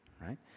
right